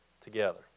together